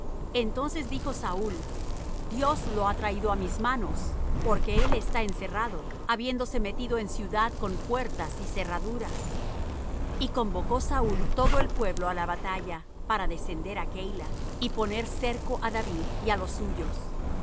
entonces dijo saúl dios lo ha traído á mis manos porque él está encerrado habiéndose metido en ciudad con puertas y cerraduras y convocó saúl todo el pueblo á la batalla para descender á keila y poner cerco á david y á los suyos